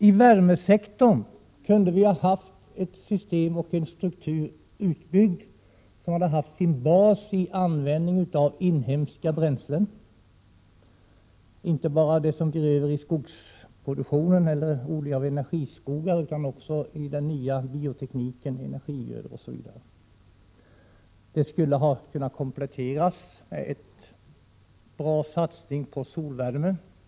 I värmesektorn kunde vi ha haft ett system utbyggt som hade haft sin bas i användningen av inhemska bränslen, inte bara det som blir över i skogsproduktionen eller vid odling av energiskog utan också i den nya biotekniken, energigrödor osv. Det skulle ha kunnat kompletteras med en satsning på solvärme.